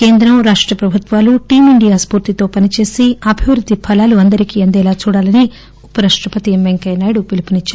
కేంద్ర రాష్ట ప్రభుత్నాలు టీమ్ ఇండియా స్పూర్తితో పని చేసి అభివృద్ది ఫలాలు అందరికీ అందేలా చూడాలని ఉపరాష్ణపతి వెంకయ్య నాయుడు పిలుపునిచ్చారు